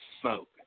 smoke